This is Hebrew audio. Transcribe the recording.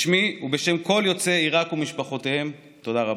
בשמי ובשם כל יוצאי עיראק ומשפחותיהם, תודה רבה.